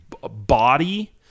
body